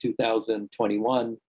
2021